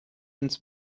ins